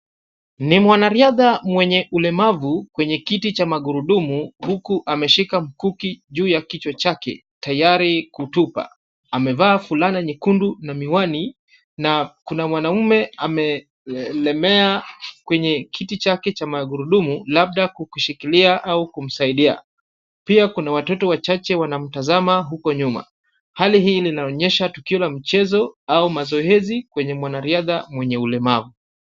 Ni mwanariadha mwenye ulemavu kwa kiti cha magurudumu, huku ameshika mkuki juu ya kichwa chake tayari kutupa. Amevaa fulani nyekundu na miwani na kuna mwanaume amelemea kwenye kiti chake cha magurudumu, labda kumshikilia au kumsaidia. Pia kuna watoto wachache wanamtazama hapo nyuma. Hali hii inaonyesha tukio la mchezo au mazoezi kwenye mwanariadha mwenye ulemavu.